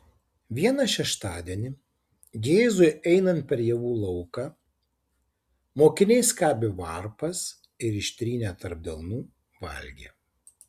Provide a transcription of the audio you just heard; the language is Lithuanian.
vieną šeštadienį jėzui einant per javų lauką mokiniai skabė varpas ir ištrynę tarp delnų valgė